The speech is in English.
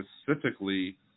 specifically